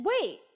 Wait